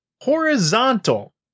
horizontal